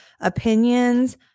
opinions